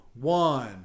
one